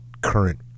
current